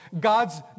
God's